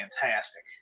fantastic